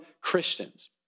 Christians